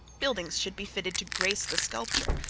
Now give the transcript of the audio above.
building should be fitted to grace the sculpture,